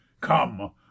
come